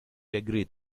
agree